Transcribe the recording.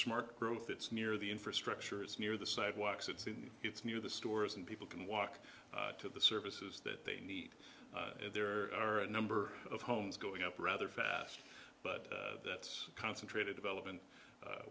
smart growth it's near the infrastructure it's near the sidewalks it's and it's near the stores and people can walk to the services that they need there are a number of homes going up rather fast but that's concentrated development